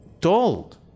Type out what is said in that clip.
told